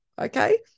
Okay